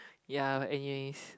ya but anyways